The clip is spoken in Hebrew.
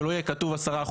שלא יהיה כתוב 10%,